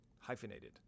hyphenated